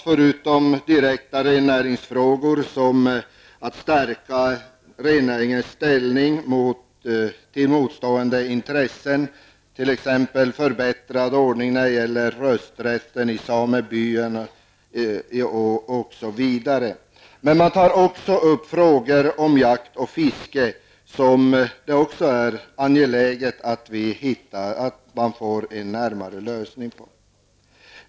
Förutom direkta rennäringsfrågor -- som att stärka rennäringens ställning i förhållande till motstående intressen -- behandlas i propositionen t.ex. förbättrad ordning när det gäller rösträtten i samebyarna. Man tar också upp frågor om jakt och fiske, där det är angeläget att få en lösning.